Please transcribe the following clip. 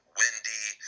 windy